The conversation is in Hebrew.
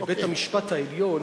לבית-המשפט העליון,